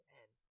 end